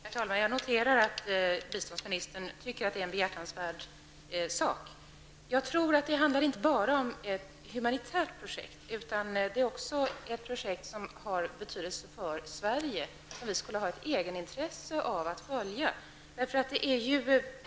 Herr talman! Jag noterar att biståndsministern tycker att det är en behjärtansvärd sak. Det handlar inte bara om ett humanitärt projekt. Det är också ett projekt som har betydelse för Sverige och som vi skulle ha ett egenintresse av att följa.